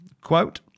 Quote